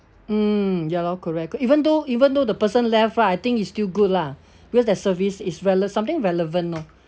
mm ya lor correct even though even though the person left right I think it's still good lah because that service is rele~ something relevant lor